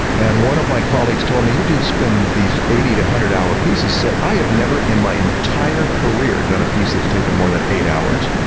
and one of my colleagues told me, you do spend these eighty one hundred hour pieces. said, i have never in my entire career done a piece that's taken more than eight hours.